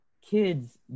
kids